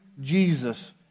Jesus